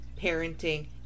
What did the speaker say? parenting